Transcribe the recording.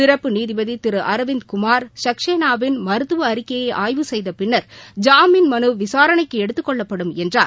சிறப்பு நீதிபதி திரு அரவிந்த்குமார் சக்சேனாவின் மருத்துவ அறிக்கையை ஆய்வு செய்த பின்னர் ஜாமீன் மனு விசாரணைக்கு எடுத்துக் கொள்ளப்படும் என்றார்